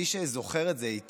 מי שזוכר את זה היטב,